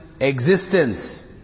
existence